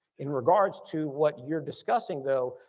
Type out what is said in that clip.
in regards to what you're discussing though,